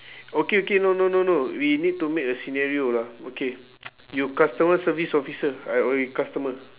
okay okay no no no no we need to make a scenario lah okay you customer service officer I will be customer